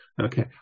okay